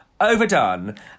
overdone